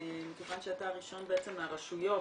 מכיוון שאתה הראשון מהרשויות,